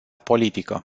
politică